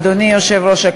אדוני היושב-ראש,